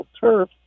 turf